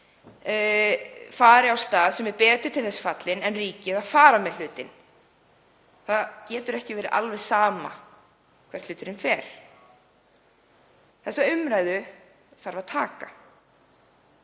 fari til aðila sem er betur til þess fallinn en ríkið að fara með hann. Það getur ekki verið alveg sama hvert hluturinn fer. Þessa umræðu þarf að taka.